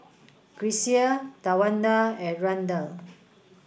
Grecia Tawanda and Randal